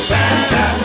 Santa